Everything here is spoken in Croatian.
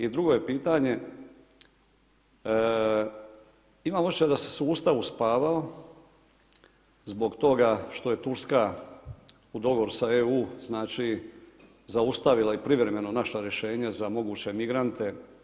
I drugo je pitanje, imam osjećaj da se sustav uspavao zbog toga što je Turska u dogovoru sa EU, znači zaustavila i privremeno naša rješenja za moguće migrante.